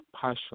passion